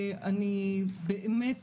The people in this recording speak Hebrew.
באמת